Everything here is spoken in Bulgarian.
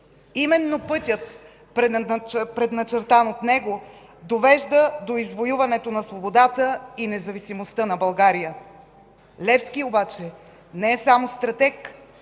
Именно пътят, предначертан от него, довежда до извоюването на свободата и независимостта на България. Левски обаче не е само стратег.